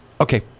Okay